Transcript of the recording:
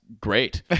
great